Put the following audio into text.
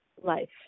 life